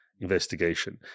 investigation